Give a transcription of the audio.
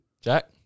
Jack